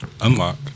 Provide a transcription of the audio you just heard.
Unlock